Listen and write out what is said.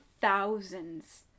thousands